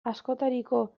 askotariko